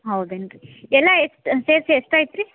ಹೌದೇನು ರೀ ಎಲ್ಲ ಎಷ್ಟು ಸೇರಿಸಿ ಎಷ್ಟಾಯ್ತು ರೀ